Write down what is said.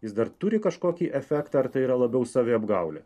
jis dar turi kažkokį efektą ar tai yra labiau saviapgaulė